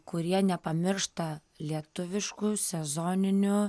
kurie nepamiršta lietuviškų sezoninių